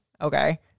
Okay